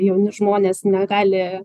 jauni žmonės negali